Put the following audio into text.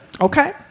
Okay